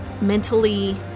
mentally